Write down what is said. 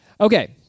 Okay